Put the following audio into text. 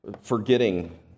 forgetting